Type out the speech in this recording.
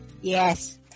Yes